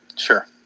sure